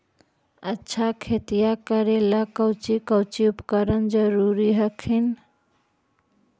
अच्छा खेतिया करे ला कौची कौची उपकरण जरूरी हखिन?